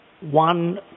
one